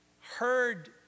heard